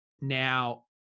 Now